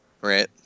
Right